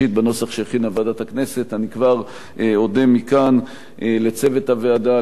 אני כבר אודה מכאן לצוות הוועדה: למנהלת הוועדה אתי בן-יוסף,